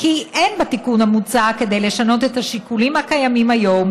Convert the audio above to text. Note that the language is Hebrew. כי אין בתיקון המוצע כדי לשנות את השיקולים הקיימים היום